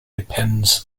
depends